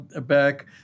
back